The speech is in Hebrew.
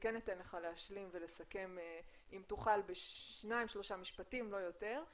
אתן לך להשלים ולסכם אם תוכל בשניים-שלושה משפטים לא יותר.